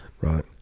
Right